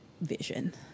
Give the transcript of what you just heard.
vision